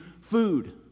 food